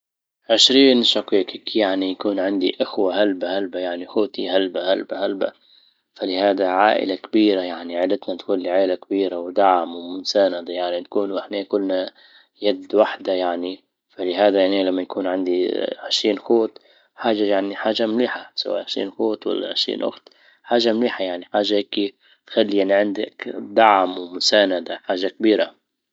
عشرين شقيقك يعني يكون عندي اخوة هلبا هلبا يعني اخوتي هلبا هلبا هلبا. فلهذا عائلة كبيرة يعني عيلتنا تكون لعيلة كبيرة ودعم ومساندة يعني نكون واحنا كلنا يد واحدة يعني. فلهذا يعني لما يكون عندي عشرين اخوت حاجة يعني حاجة مليحة سواء يعنى عشرين اخوت ولا عشرين اخت، حاجة مليحة يعني، حاجة هيك خلي يعني عندك دعم ومساندة حاجة كبيرة